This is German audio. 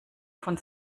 von